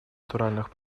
натуральных